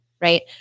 Right